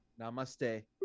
Namaste